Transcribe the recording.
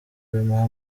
bimuha